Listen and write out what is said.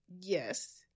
Yes